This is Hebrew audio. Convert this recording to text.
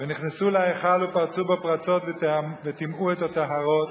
ונכנסו להיכל ופרצו בו פרצות וטימאו את הטהרות,